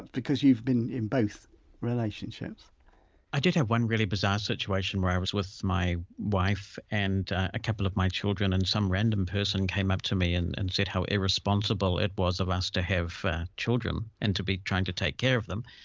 because you've been in both relationships. mosen i did have one really bizarre situation where i was with my wife and a couple of my children and some random person came up to me and and said how irresponsible it was of us to have ah children and to be trying to take care of them.